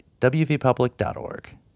wvpublic.org